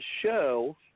show